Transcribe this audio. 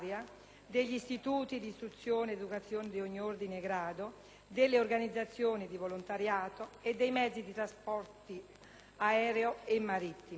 agli istituti di istruzione ed educazione di ogni ordine e grado, alle organizzazioni di volontariato e ai mezzi di trasporto aereo e marittimo.